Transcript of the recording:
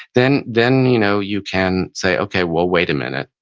then then you know you can say okay, well wait a minute.